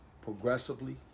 progressively